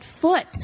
foot